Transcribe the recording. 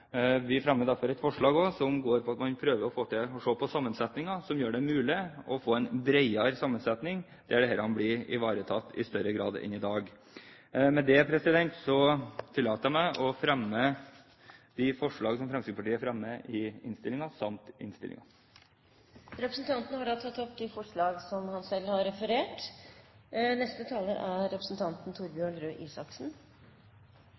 Vi fremmer derfor et forslag som også går på at man prøver å se på om det er mulig å få til en bredere sammensetning, der dette blir ivaretatt i større grad enn i dag. Med dette tillater jeg meg å fremme de forslag som Fremskrittspartiet har i innstillingen. Representanten Robert Eriksson har tatt opp de forslagene han refererte til. Høyre vil stemme for det fremlagte forslag til trygdejusteringer, i tråd med praksis, etter at det er